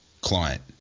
client